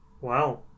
wow